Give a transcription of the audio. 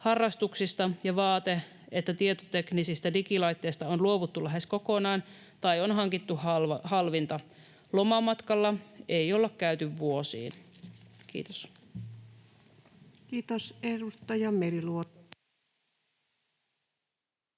Harrastuksista sekä vaatehankinnoista ja tietoteknisistä digilaitteista on luovuttu lähes kokonaan tai on hankittu halvinta. Lomamatkalla ei olla käyty vuosiin.” — Kiitos. [Speech 230]